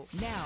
now